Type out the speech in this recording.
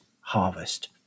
harvest